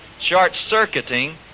short-circuiting